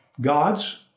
God's